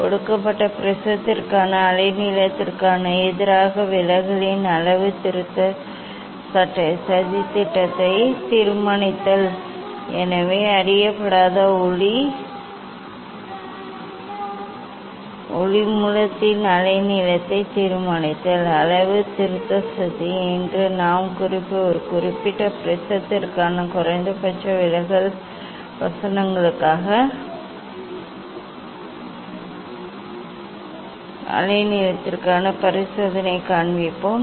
கொடுக்கப்பட்ட ப்ரிஸத்திற்கான அலைநீளத்திற்கு எதிராக விலகலின் அளவுத்திருத்த சதித்திட்டத்தை தீர்மானித்தல் எனவே அறியப்படாத ஒளி மூலத்தின் அலைநீளத்தை தீர்மானித்தல் அளவுத்திருத்த சதி இன்று நாம் ஒரு குறிப்பிட்ட ப்ரிஸத்திற்கான குறைந்தபட்ச விலகல் வசனங்களுக்கான அலைநீளத்திற்கான பரிசோதனையை காண்பிப்போம்